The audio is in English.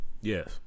Yes